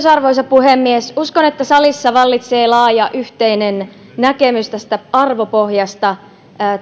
arvoisa puhemies uskon että salissa vallitsee laaja yhteinen näkemys tästä arvopohjasta että